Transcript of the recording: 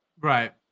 Right